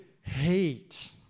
hate